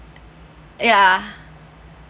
ya